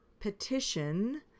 Petition